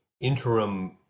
interim